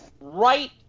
right